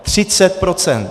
Třicet procent.